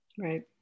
Right